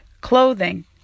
clothing